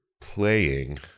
playing